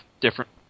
different